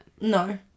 No